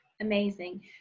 amazing